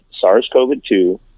SARS-CoV-2